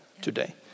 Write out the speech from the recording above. today